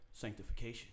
sanctification